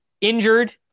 injured